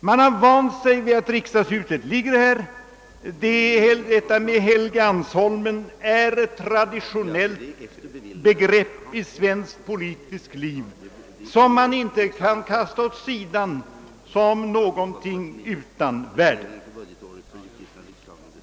Man har vant sig vid att riksdagshuset ligger här på Helgeandsholmen. Läget är ett traditionellt begrepp i svenskt politiskt liv, som inte kan kastas åt sidan som någonting utan värde.